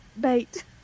bait